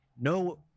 no